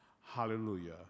hallelujah